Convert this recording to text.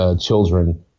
children